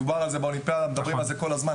דובר על זה באולימפיאדה, מדברים על זה כל הזמן.